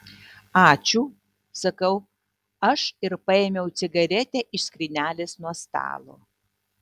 ačiū sakau aš ir paėmiau cigaretę iš skrynelės nuo stalo